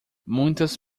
muitas